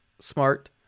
smart